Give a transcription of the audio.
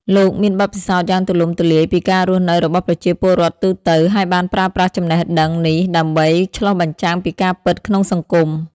លោកមានបទពិសោធន៍យ៉ាងទូលំទូលាយពីការរស់នៅរបស់ប្រជាពលរដ្ឋទូទៅ ហើយបានប្រើប្រាស់ចំណេះដឹងនេះដើម្បី ឆ្លុះបញ្ចាំងពីការពិតក្នុងសង្គម។